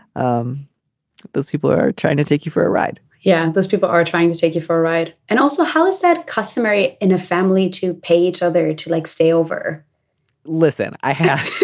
um those people are trying to take you for a ride yeah. those people are trying to take you for a ride. and also how is that customary in the family to pay each other to like stay over listen i have